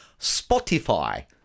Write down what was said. Spotify